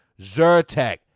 Zyrtec